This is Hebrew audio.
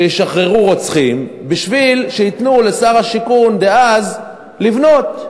שישחררו רוצחים כדי שייתנו לשר השיכון דאז לבנות.